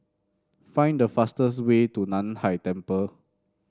find the fastest way to Nan Hai Temple